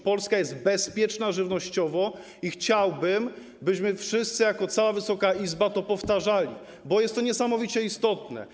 Polska jest bezpieczna żywnościowo i chciałbym, byśmy wszyscy jako cała Wysoka Izba to powtarzali, bo jest to niesamowicie istotne.